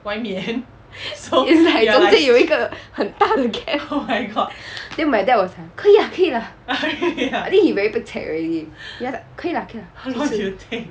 is like 中间有一个很大的 gap then my dad was 可以可以 lah I think he very pek chek already he like 可以可以 lah